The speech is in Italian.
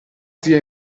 zia